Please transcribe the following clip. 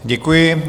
Děkuji.